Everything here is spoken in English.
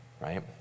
right